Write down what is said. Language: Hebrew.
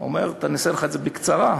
אומרים, אעשה לך את זה בקצרה,